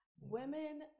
Women